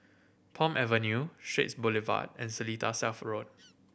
Palm Avenue Straits Boulevard and Seletar South Road